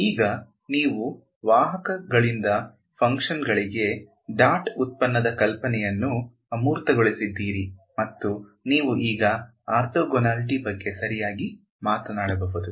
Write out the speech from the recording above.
ಈಗ ನೀವು ವಾಹಕಗಳಿಂದ ಫಂಕ್ಷನ್ಗಳಿಗೆ ಡಾಟ್ ಉತ್ಪನ್ನದ ಕಲ್ಪನೆಯನ್ನು ಅಮೂರ್ತಗೊಳಿಸಿದ್ದೀರಿ ಮತ್ತು ನೀವು ಈಗ ಆರ್ಥೋಗೊನಾಲಿಟಿ ಬಗ್ಗೆ ಸರಿಯಾಗಿ ಮಾತನಾಡಬಹುದು